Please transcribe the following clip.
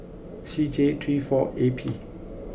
C J three four A P